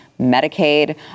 Medicaid